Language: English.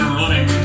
running